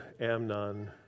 Amnon